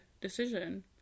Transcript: decision